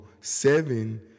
Seven